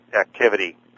activity